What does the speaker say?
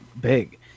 big